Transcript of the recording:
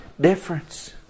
difference